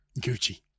Gucci